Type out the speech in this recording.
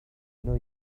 know